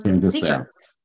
secrets